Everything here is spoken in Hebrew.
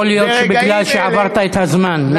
יכול להיות שבגלל שעברת את הזמן,